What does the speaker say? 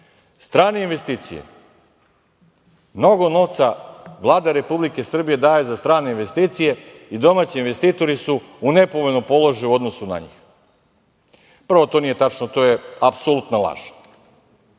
strane investicije, mnogo novca Vlada Republike Srbije daje za strane investicije i domaći investitori su u nepovoljnom položaju u odnosu na njih. Prvo, to nije tačno, to je apsolutna laž,